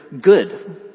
good